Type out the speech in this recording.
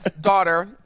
daughter